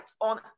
on